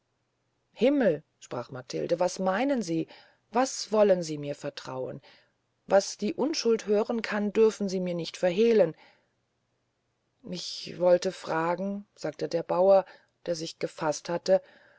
himmel sprach matilde was meinen sie was wollen sie mir vertrauen was die unschuld hören kann dürfen sie mir nicht verhehlen ich wollte fragen sagte der bauer der sich gefaßt hatte